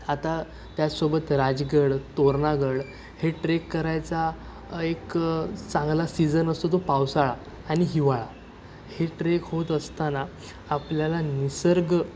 आता त्याचसोबत राजगड तोरणागड हे ट्रेक करायचा एक चांगला सीझन असतो तो पावसाळा आणि हिवाळा हे ट्रेक होत असताना आपल्याला निसर्ग